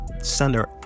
center